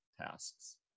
tasks